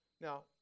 Now